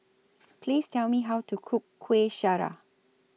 Please Tell Me How to Cook Kueh Syara